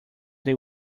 they